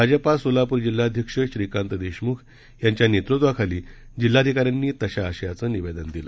भाजपा सोलापूर जिल्हाध्यक्ष श्रीकांत देशमुख यांच्या नेतृत्वाखाली जिल्हाधिकाऱ्यांनी तशा आशयाचं निवेदन देण्यात आलं